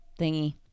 thingy